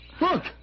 look